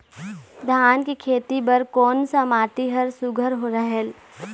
धान के खेती बर कोन सा माटी हर सुघ्घर रहेल?